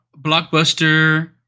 Blockbuster